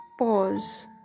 pause